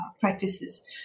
practices